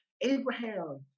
Abraham